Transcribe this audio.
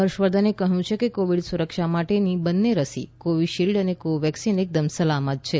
હર્ષ વર્ધને કહ્યું છે કે કોવિડ સુરક્ષા માટેની બન્ને રસી કોવિશિલ્ડ અને કોવેક્સિન એકદમ સલામત છે